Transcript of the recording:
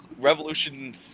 Revolution